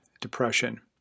depression